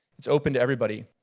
it's open to everybody,